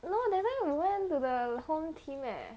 no that time we went to the home team eh